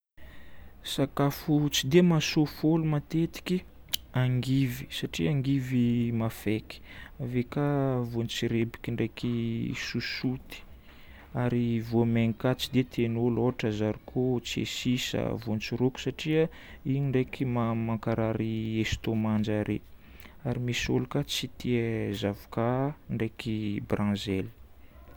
Sakafo tsy dia mahasofo olo matetiky: angivy satria angivy mafaiky, ave ka voantsirebiky ndraiky sosoty ary voamaigny ka tsy dia tian'olo loatra, zarikô, tsiasisa, voantsiroko satria igny ndraiky mankarary estomac-njare. Ary misy olo ka tsy tia zavokà ndraiky branzely.